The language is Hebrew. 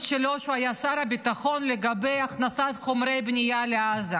שלו כשהוא היה שר הביטחון לגבי הכנסת חומרי בנייה לעזה,